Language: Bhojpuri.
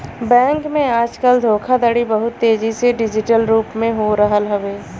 बैंक में आजकल धोखाधड़ी बहुत तेजी से डिजिटल रूप में हो रहल हउवे